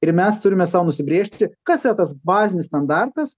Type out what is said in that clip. ir mes turime sau nusibrėžti kas yra tas bazinis standartas